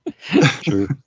True